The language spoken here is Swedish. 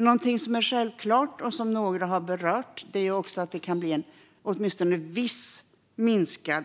Något som är självklart och som några har berört är att beläggningsgraden på våra fängelser och anstalter åtminstone i viss mån kan minska,